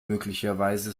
möglicherweise